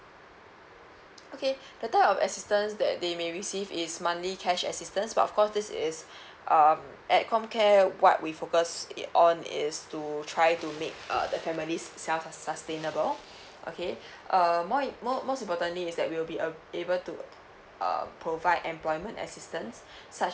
okay the type of assistance that they may receive is monthly cash assistance but of course this is um at comcare what we focus on is to try to make uh the family self sustainable okay err more it mole most importantly is that we'll be uh able to uh provide employment assistance such